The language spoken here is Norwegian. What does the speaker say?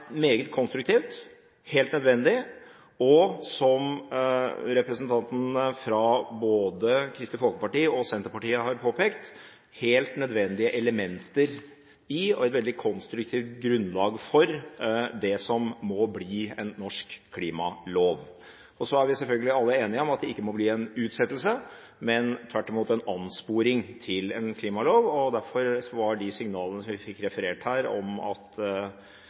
meget konstruktivt, helt nødvendig, og som representantene fra både Kristelig Folkeparti og Senterpartiet har påpekt, helt nødvendige elementer i og et veldig konstruktivt grunnlag for det som må bli en norsk klimalov. Så er vi selvfølgelig alle enige om at det ikke må bli en utsettelse, men tvert imot en ansporing til en klimalov. Derfor var de signalene som vi fikk referert til her, om at